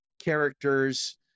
characters